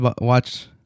watch